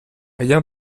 rien